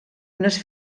unes